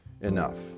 enough